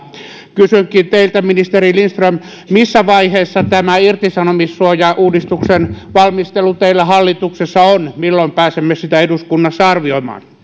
kysynkin teiltä ministeri lindström missä vaiheessa tämä irtisanomissuojauudistuksen valmistelu teillä hallituksessa on milloin pääsemme sitä eduskunnassa arvioimaan